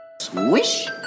Swish